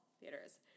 theaters